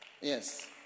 Yes